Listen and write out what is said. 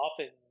often